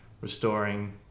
restoring